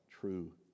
true